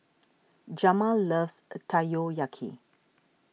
Jamal loves